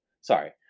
Sorry